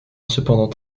cependant